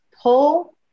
pull